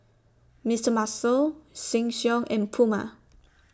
Mister Muscle Sheng Siong and Puma